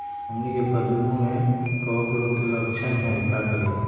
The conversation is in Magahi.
हमनी के कददु में कवक रोग के लक्षण हई का करी?